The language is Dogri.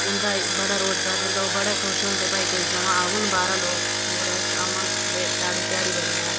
उंदा बड़ा रोजगार चलदा ओह् बड़े खुश होंदे भाई सगुआं औन बाहरां लोक टूरिस्ट औन दे साढ़ी ध्याड़ी बनी जा